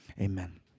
Amen